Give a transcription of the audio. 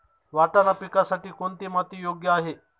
वाटाणा पिकासाठी कोणती माती योग्य आहे?